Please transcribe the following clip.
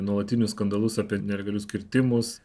nuolatinius skandalus apie nelegalius kirtimus